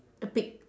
a pig